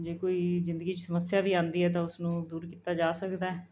ਜੇ ਕੋਈ ਜ਼ਿੰਦਗੀ ਵਿੱਚ ਸਮੱਸਿਆ ਵੀ ਆਉਂਦੀ ਹੈ ਤਾਂ ਉਸ ਨੂੰ ਦੂਰ ਕੀਤਾ ਜਾ ਸਕਦਾ ਹੈ